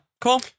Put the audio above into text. cool